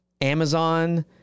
amazon